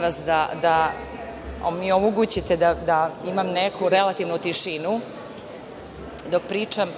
vas da mi omogućite da imam neku relativnu tišinu dok pričam.